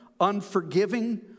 unforgiving